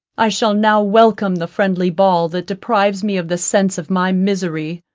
i shall now welcome the friendly ball that deprives me of the sense of my misery.